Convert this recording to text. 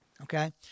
Okay